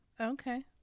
Okay